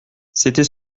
c’était